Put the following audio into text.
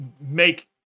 make